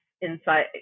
inside